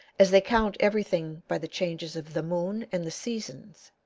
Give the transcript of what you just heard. as they count everything by the changes of the moon and the seasons,